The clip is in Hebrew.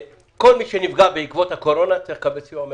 כל מי שנפגע בעקבות הקורונה צריך לקבל סיוע מהמדינה,